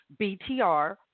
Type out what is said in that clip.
BTR